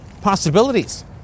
possibilities